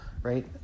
Right